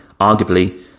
arguably